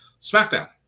SmackDown